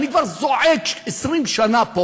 אני כבר זועק 20 שנה פה.